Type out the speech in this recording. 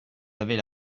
avez